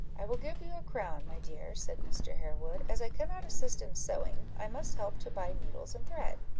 i will give you a crown, my dear, said mr. harewood as i cannot assist in sewing, i must help to buy needles and thread.